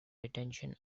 detention